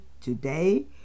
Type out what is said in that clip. today